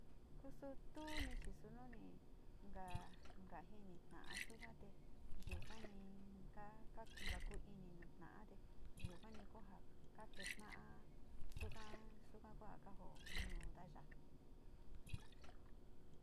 Kuxutuní chí xononi ngá kanjini ta'á xunaté, yuu kani inka ka'a kunka kuu ini nuu tanté yuu kuani kuu nja ka'a njaken na'a extan xukua kanka ko'o ndon na'a ya'á.